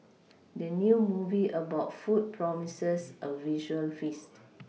the new movie about food promises a visual feast